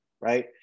right